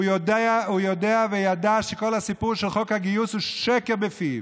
הוא יודע וידע שכל הסיפור של חוק הגיוס הוא שקר בפיו.